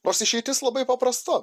nors išeitis labai paprasta